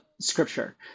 scripture